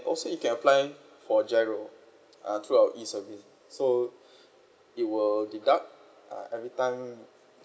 also you can apply for G_I_R_O err through our E service so it will deduct uh every time